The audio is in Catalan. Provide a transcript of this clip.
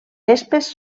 vespes